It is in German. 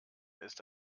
ist